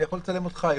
אני יכול לצלם אותך היום.